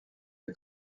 des